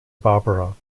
barbara